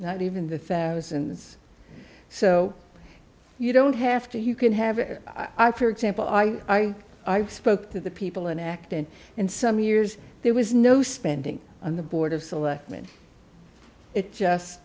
not even the thousands so you don't have to you can have i for example i spoke to the people in acton and some years there was no spending on the board of selectmen it just